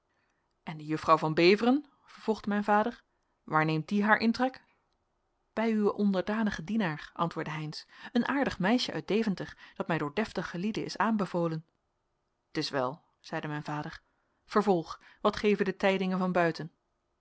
en die juffrouw van beveren vervolgde mijn vader waar neemt die haar intrek bij uwen onderdanigen dienaar antwoordde heynsz een aardig meisje uit deventer dat mij door deftige lieden is aanbevolen t is wel zeide mijn vader vervolg wat geven de tijdingen van buiten